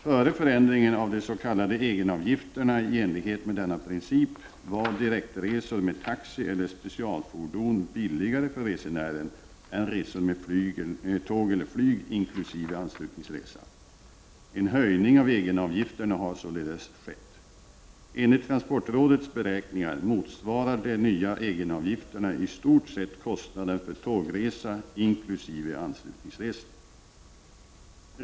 Före förändringen av de s.k. egenavgifterna i enlighet med denna princip var direktresor med taxi eller specialfordon billigare för resenären än resor med tåg eller flyg inkl. anslutningsresa. En höjning av egenavgifterna har således skett. Enligt transportrådets beräkningar motsvarar de nya egenavgifterna i stort sett kostnaden för tågresa inkl. anslutningsresor.